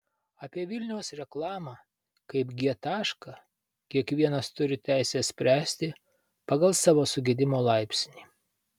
apie vilniaus reklamą kaip g tašką kiekvienas turi teisę spręsti pagal savo sugedimo laipsnį